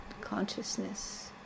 consciousness